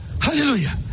Hallelujah